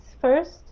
first